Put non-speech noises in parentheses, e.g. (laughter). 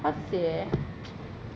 how to say eh (noise)